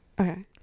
Okay